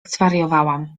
zwariowałam